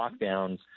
lockdowns